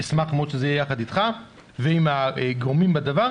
נשמח מאוד שזה יהיה יחד איתך ועם הגורמים בדבר,